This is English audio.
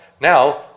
Now